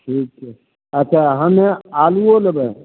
ठीक छै अच्छा हमे आलुओ लेबै